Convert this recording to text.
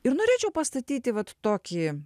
ir norėčiau pastatyti vat tokį